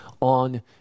on